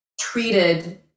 treated